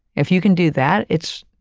if you can do that, it's,